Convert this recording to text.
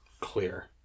clear